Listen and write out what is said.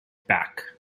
back